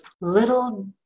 little